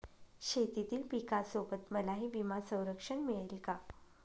शेतीतील पिकासोबत मलाही विमा संरक्षण मिळेल का?